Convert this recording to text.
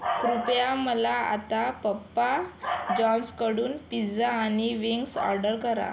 कृपया मला आत्ता पप्पा जॉन्सकडून पिझ्झा आणि विंग्स ऑर्डर करा